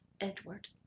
Edward